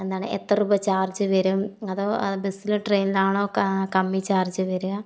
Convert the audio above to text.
എന്താണ് എത്ര രൂപ ചാർജ് വരും അതോ ബസ്സിലോ ട്രെയിനിലാണോ കമ്മി ചാർജ് വരിക